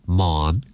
mom